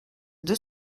deux